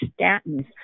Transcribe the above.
statins